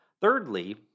Thirdly